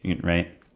Right